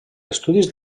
estudis